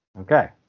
Okay